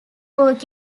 work